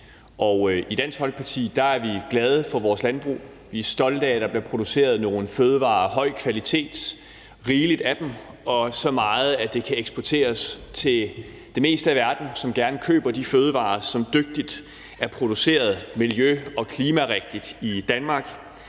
I Dansk Folkeparti er vi glade for vores landbrug. Vi er stolte af, at der bliver produceret nogle fødevarer af høj kvalitet og rigeligt af dem – og så meget, at det kan eksporteres til det meste af verden, som gerne køber de fødevarer, som dygtigt er produceret miljø- og klimarigtigt i Danmark.